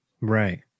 Right